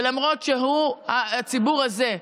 ולמרות שהציבור הזה,